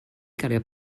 gario